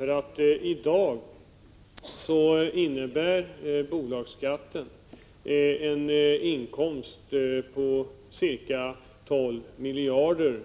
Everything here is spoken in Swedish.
I dag ger bolagsskatten nämligen en inkomst på ca 12 miljarder